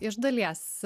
iš dalies